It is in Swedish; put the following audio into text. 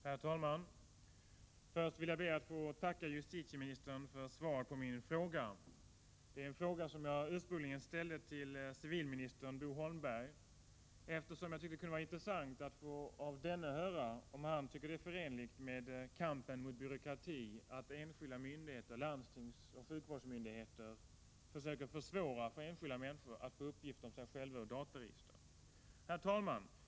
Herr talman! Först ber jag att få tacka justitieministern för svaret på min fråga. Jag ställde ursprungligen frågan till civilminister Bo Holmberg, eftersom jag tyckte det kunde vara intressant att av denne få höra om han tycker det är förenligt med kampen mot byråkrati att landsting och sjukvårdsmyndigheter försöker försvåra för enskilda människor att få uppgifter om sig själva ur dataregistren. Herr talman!